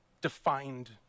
defined